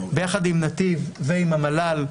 ביחד עם נתיב ועם המל"ל,